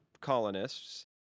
colonists